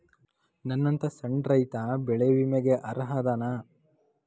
ನನ್ನಂತ ಸಣ್ಣ ರೈತಾ ಬೆಳಿ ವಿಮೆಗೆ ಅರ್ಹ ಅದನಾ?